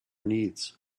needs